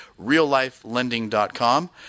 reallifelending.com